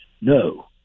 No